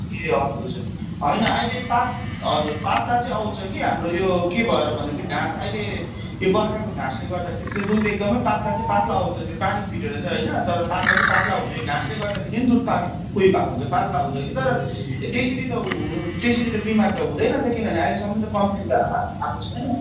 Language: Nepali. ए हजुर हजुर होइन अहिले पात हजुर पात्ला चाहिँ आउँछ कि हाम्रो यो के भएर भन्दाखेरि घाँस अहिले यो बर्खाको घाँसले गर्दाखेरि चाहिँ दुध एकदमै पात्ला चाहिँ पात्ला आउँछ त्यो पानी फिटेर चाहिँ होइन तर पात्ला चाहिँ पात्ला आउँछ यो घाँसले गर्दाखेरि नि दुध पात ऊ यो भएको हुन्छ पात्ला हुन्छ कि तर त्यसरी त हुनु त्यसरी त बिमार त हुँदैन त किनभने अहिलेसम्मन् त कम्प्लेन त आ आएको छैन